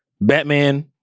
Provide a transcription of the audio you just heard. Batman